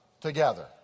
together